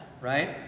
right